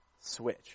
switch